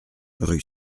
rue